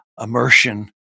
immersion